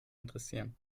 interessieren